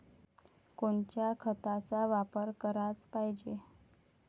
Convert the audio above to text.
कोनच्या खताचा वापर कराच पायजे?